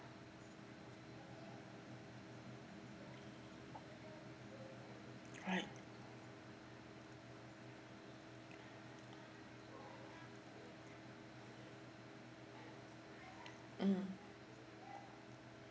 alright mm